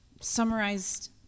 summarized